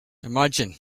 imagine